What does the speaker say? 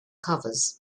covers